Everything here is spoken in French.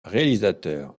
réalisateur